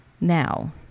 now